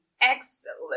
excellent